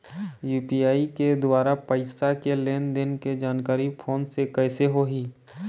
UPI के द्वारा पैसा के लेन देन के जानकारी फोन से कइसे होही?